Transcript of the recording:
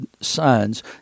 signs